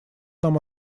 нам